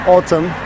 Autumn